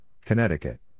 Connecticut